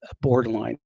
borderline